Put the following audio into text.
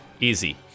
Easy